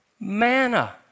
Manna